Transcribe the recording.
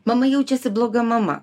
mama jaučiasi bloga mama